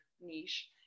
niche